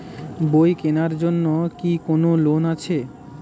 বই কেনার জন্য কি কোন লোন আছে?